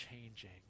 changing